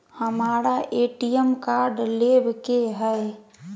हमारा ATM card लेव के हई